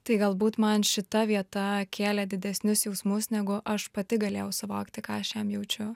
tai galbūt man šita vieta kėlė didesnius jausmus negu aš pati galėjau suvokti ką aš jam jaučiu